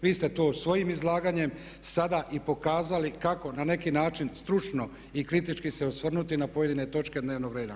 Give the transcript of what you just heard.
Vi ste to svojim izlaganjem sada i pokazali kako na neki način stručno i kritički se osvrnuti pojedine točke dnevnog reda.